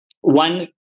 one